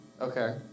Okay